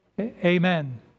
amen